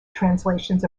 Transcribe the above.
translations